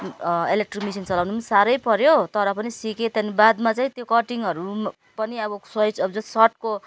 electric machine चलाउनु साह्रो पऱ्यो तर पनि सिकेँ त्यहाँदेखि बादमा चाहिँ त्यो कटिङहरू पनि अब साइज अब जो सर्टको